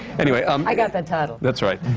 anyway um i got the title. that's right.